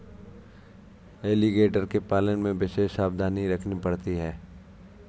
alligator के पालन में विशेष सावधानी रखनी पड़ती है